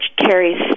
carries